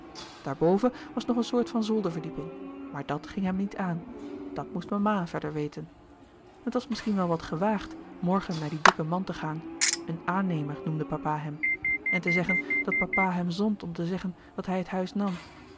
daarboven was nog een soort van zolderverdieping maar dat ging hem niet aan dat moest mama verder louis couperus de boeken der kleine zielen weten het was misschien wel wat gewaagd morgen naar dien dikken man te gaan een aannemer noemde papa hem en te zeggen dat papa hem zond om te zeggen dat hij het huis nam